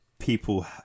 people